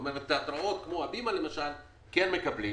כלומר תיאטראות כמו הבימה למשל כן מקבלים,